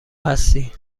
هستی